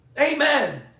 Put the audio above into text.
Amen